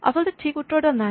আচলতে ঠিক উত্তৰ এটা নাই